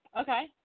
Okay